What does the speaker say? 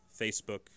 facebook